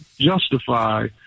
justify